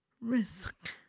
risk